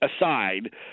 aside